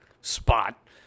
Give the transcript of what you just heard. spot